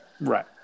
Right